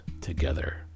together